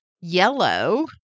Yellow